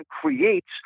creates